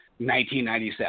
1997